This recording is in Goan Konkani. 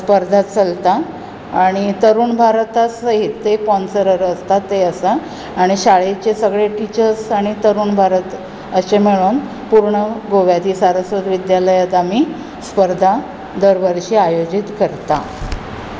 स्पर्धा चलता आनी तरुण भारतास ते स्पॉसर आसतात ते आसा आनी शाळेचे सगळे टीचर्ज आनी तरुण भारत अशें मेळून पुर्ण गोव्याची सारस्वत विद्यालयात आमी स्पर्धा दर वर्सा आयोजीत करता